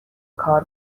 کار